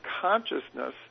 consciousness